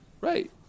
Right